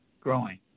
growing